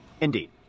Indeed